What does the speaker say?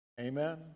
Amen